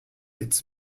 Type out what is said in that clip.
its